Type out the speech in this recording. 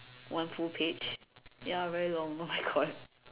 one full page ya very long oh my god